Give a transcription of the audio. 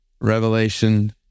Revelation